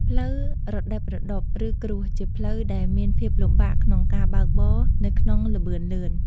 ផ្លូវរដិបរដុប ឬគ្រួស ជាផ្លូវដែលមានភាពលំបាកក្នុងការបើកបរនៅក្នុងល្បឿនលឿន។